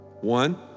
One